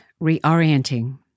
Reorienting